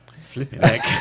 Flipping